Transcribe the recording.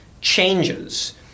changes